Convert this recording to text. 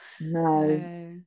no